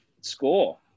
Score